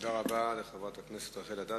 תודה רבה לחברת הכנסת רחל אדטו.